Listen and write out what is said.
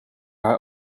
haar